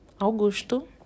Augusto